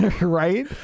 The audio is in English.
right